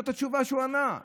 זאת התשובה שהוא ענה.